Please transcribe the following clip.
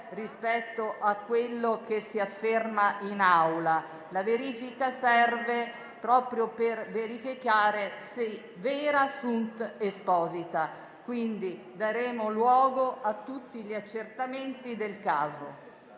rispetto a quello che si afferma in Aula. La verifica serve proprio per appurare *si* *vera sunt exposita*. Quindi, daremo luogo a tutti gli accertamenti del caso.